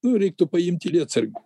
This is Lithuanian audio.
nu reiktų paimti lietsargį